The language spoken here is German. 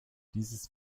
dieses